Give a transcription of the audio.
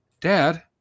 Dad